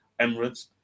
Emirates